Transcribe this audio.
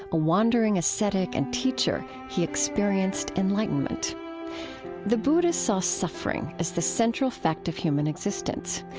a wandering ascetic, and teacher, he experienced enlightenment the buddha saw suffering as the central fact of human existence.